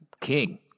king